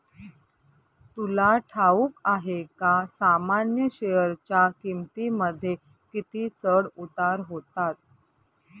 तुला ठाऊक आहे का सामान्य शेअरच्या किमतींमध्ये किती चढ उतार होतात